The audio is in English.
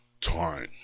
time